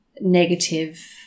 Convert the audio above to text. negative